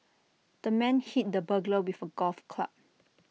the man hit the burglar with A golf club